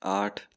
आठ